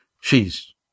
She's